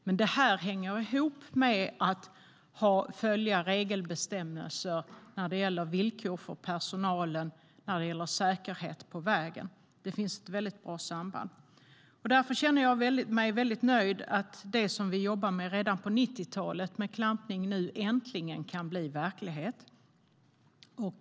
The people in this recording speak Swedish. Men detta hänger ihop med att följa regler och bestämmelser om villkor för personalen när det gäller säkerhet på vägen. Det finns ett tydligt samband. Därför känner jag mig väldigt nöjd med att detta med klampning, som vi jobbade med redan på 90-talet, nu äntligen kan bli verklighet.